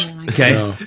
okay